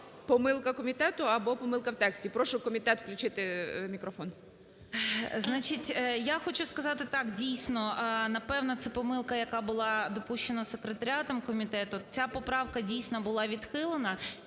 помилка комітету, або помилка в тексті. Прошу комітет включити мікрофон.